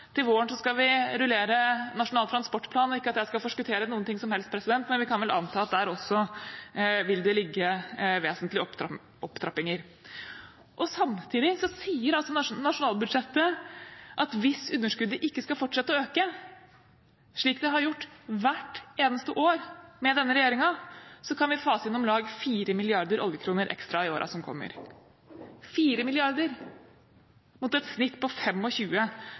Til våren skal vi rullere Nasjonal transportplan, og ikke at jeg skal forskuttere noen ting som helst, men vi kan vel anta at det også der vil ligge vesentlige opptrappinger. Samtidig sier nasjonalbudsjettet at hvis underskuddet ikke skal fortsette å øke, slik det har gjort hvert eneste år med denne regjeringen, kan vi fase inn om lag 4 mrd. oljekroner ekstra i årene som kommer – 4 mrd. kr, mot et snitt på